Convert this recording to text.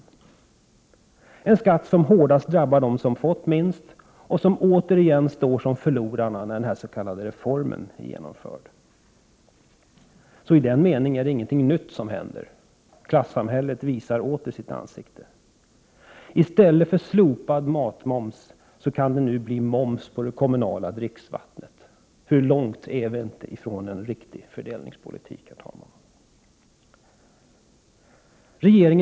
Det är en skatt som hårdast drabbar dem som fått minst, som återigen står som förlorarna när den s.k. reformen är genomförd. I den meningen är det ingenting nytt som händer. Klassamhället visar åter sitt ansikte. I stället för slopad matmoms kan det nu bli moms på det kommunala dricksvattnet. Hur långt är vi inte från en riktig fördelningspolitik, herr talman?